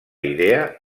idea